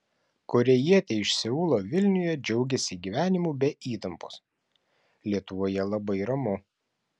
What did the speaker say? korėjietė iš seulo vilniuje džiaugiasi gyvenimu be įtampos lietuvoje labai ramu